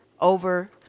over